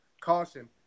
caution